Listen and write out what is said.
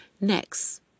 Next